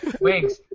Wings